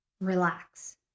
relax